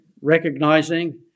recognizing